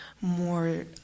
more